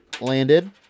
Landed